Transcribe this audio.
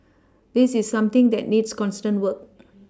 this is something that needs constant work